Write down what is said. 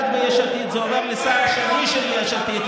ביש עתיד זה עובר לשר שני של יש עתיד,